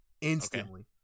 Instantly